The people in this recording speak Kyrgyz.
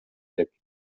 элек